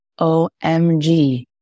OMG